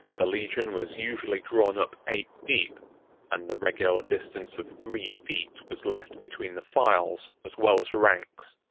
the legion was usually drawn up eight deep and the regular distance of three feet was left between the files as well as ranks.